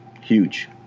huge